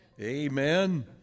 Amen